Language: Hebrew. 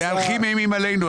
מהלכים אימים עלינו.